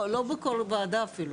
לא בכל וועדה אפילו.